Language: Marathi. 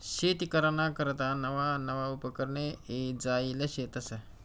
शेती कराना करता नवा नवा उपकरणे ईजायेल शेतस